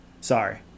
Sorry